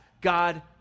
God